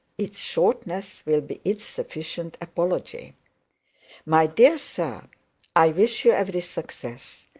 its shortness will be its sufficient apology my dear sir i wish you every success.